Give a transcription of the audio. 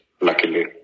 Luckily